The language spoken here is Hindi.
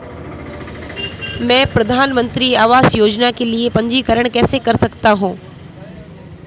मैं प्रधानमंत्री आवास योजना के लिए पंजीकरण कैसे कर सकता हूं?